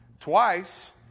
Twice